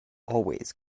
always